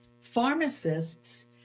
pharmacists